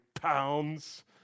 pounds